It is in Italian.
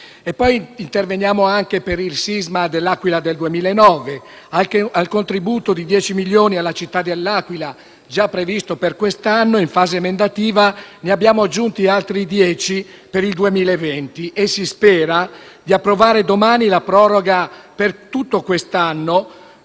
Poi interveniamo anche per il sisma dell'Aquila del 2009. Al contributo di dieci milioni alla città dell'Aquila, già previsto per quest'anno, in fase emendativa ne abbiamo aggiunti altri dieci per il 2020. E si spera di approvare domani la proroga, per tutto l'anno